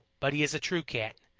but he is a true cat,